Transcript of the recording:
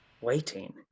Waiting